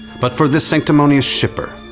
but for this sanctimonious shipper,